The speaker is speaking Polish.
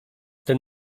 ten